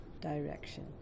Direction